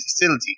facility